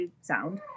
sound